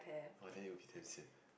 !wah! then you will be damn sian